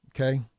Okay